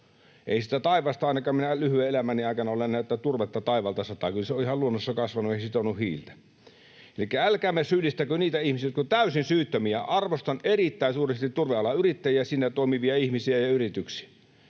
Ei sitä taivaasta tule — ainakaan minä en lyhyen elämäni aikana ole nähnyt, että turvetta taivaalta sataa, kyllä se on ihan luonnossa kasvanut ja sitonut hiiltä. Elikkä älkäämme syyllistäkö niitä ihmisiä, jotka ovat täysin syyttömiä. Arvostan erittäin suuresti turvealan yrittäjiä, sillä alalla toimivia ihmisiä ja yrityksiä.